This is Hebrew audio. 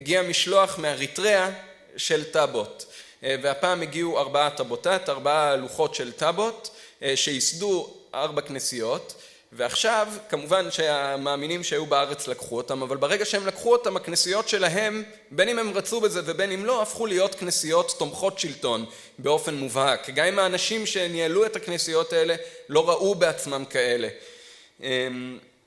הגיע משלוח מאריטריה של טאבות, והפעם הגיעו ארבעה טאבותת, ארבעה לוחות של טאבות שייסדו ארבע כנסיות ועכשיו כמובן שהמאמינים שהיו בארץ לקחו אותם, אבל ברגע שהם לקחו אותם הכנסיות שלהם בין אם הם רצו בזה ובין אם לא, הפכו להיות כנסיות תומכות שלטון באופן מובהק, גם אם האנשים שניהלו את הכנסיות האלה לא ראו בעצמם כאלה.